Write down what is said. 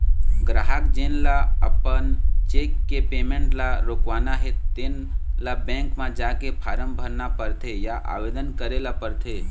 गराहक जेन ल अपन चेक के पेमेंट ल रोकवाना हे तेन ल बेंक म जाके फारम भरना परथे या आवेदन करे ल परथे